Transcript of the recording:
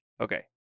Okay